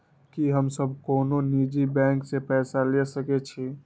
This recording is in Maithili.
की हम सब कोनो निजी बैंक से पैसा ले सके छी?